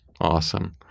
Awesome